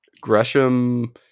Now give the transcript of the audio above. Gresham